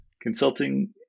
Consulting